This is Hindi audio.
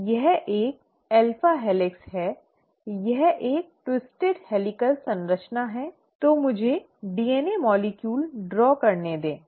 यह एक अल्फा हेलिक्स है यह एक ट्विस्टेड् हेल्इकॅल संरचना है और तो मुझे डीएनए अणु बनाने दें